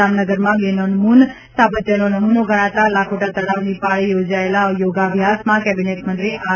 જામનગરમાં બેનમૂન સ્થાપત્યનો નમૂનો ગણાતા લાખોટા તળાવની પાળે યોજાયેલા યોગાભ્યાસમાં કેબિનેટ મંત્રી આર